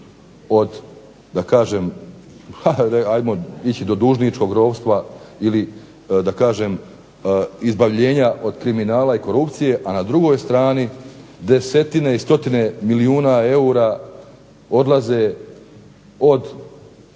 od da kažem, ajmo ići do dužničkog ropstva ili do izbavljenja od kriminala i korupcije a na drugoj strani 10-tine i 100 milijuna kuna odlaze od